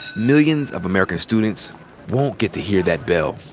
millions of american students won't get to hear that bell.